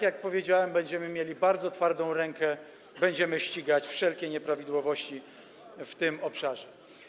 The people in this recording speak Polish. Jak powiedziałem, będziemy mieli bardzo twardą rękę, będziemy ścigać wszelkie nieprawidłowości w tym obszarze.